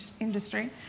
industry